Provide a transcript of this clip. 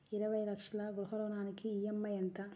ఇరవై లక్షల గృహ రుణానికి ఈ.ఎం.ఐ ఎంత?